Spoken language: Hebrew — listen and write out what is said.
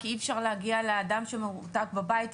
כי אי-אפשר להגיע לאדם שמרותק בבית,